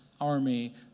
army